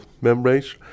membranes